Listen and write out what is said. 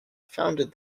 founded